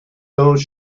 those